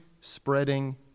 spreading